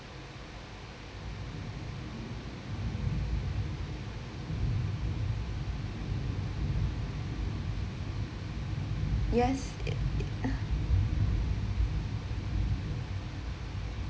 yes it it uh